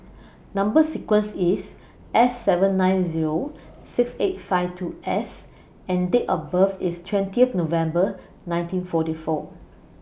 Number sequence IS S seven nine Zero six eight five two S and Date of birth IS twentieth November nineteen forty four